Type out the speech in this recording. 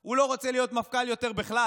הוא לא רוצה להיות מפכ"ל יותר בכלל.